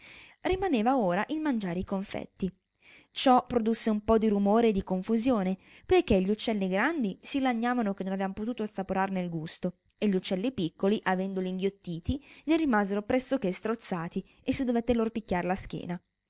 rimaneva ora il mangiare i confetti ciò produsse un po di rumore e di confusione poichè gli uccelli grandi si lagnavano che non avean potuto assaporarne il gusto e gli uccelli piccoli avendoli inghiottiti ne rimasero pressochè strozzati e si dovette loro picchiar la schiena